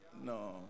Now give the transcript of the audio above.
No